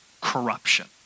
corruption